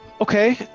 Okay